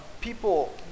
people –